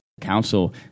Council